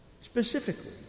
specifically